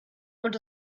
und